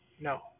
No